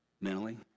mentally